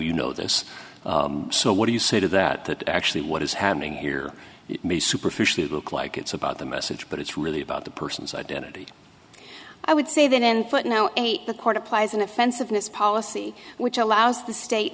you know this so what do you say to that that actually what is happening here may superficially look like it's about the message but it's really about the person's identity i would say then but now eight the court applies an offensiveness policy which allows the state